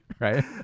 right